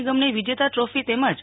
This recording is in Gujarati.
નિગમને વિજેતા ટ્રોફી તેમજ રૂ